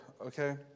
okay